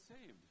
saved